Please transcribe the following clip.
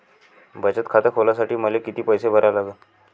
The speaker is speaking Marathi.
बचत खात खोलासाठी मले किती पैसे भरा लागन?